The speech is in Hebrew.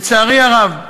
לצערי הרב,